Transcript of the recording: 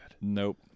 Nope